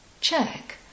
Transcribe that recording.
check